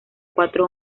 cuatro